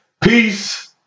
Peace